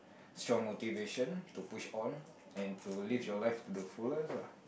strong motivation to push on and to life your live to the fullest lah